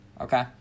okay